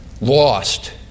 lost